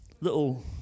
Little